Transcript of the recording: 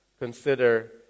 consider